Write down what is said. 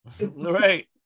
Right